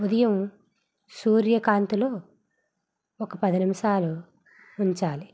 ఉదయం సూర్యకాంతిలో ఒక పది నిమిషాలు ఉంచాలి